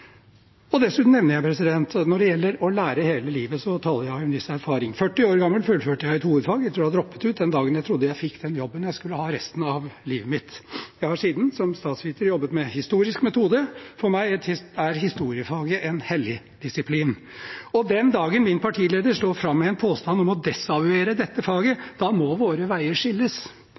Når det gjelder å lære hele livet, nevner jeg dessuten at jeg taler av en viss erfaring. Jeg fullførte et hovedfag 40 år gammel, etter å ha droppet ut den dagen jeg trodde jeg fikk den jobben jeg skulle ha resten av livet. Jeg har siden – som statsviter – jobbet med historisk metode. For meg er historiefaget en hellig disiplin, og den dagen min partileder står fram med en påstand om å desavuere dette faget, da må være veier skilles.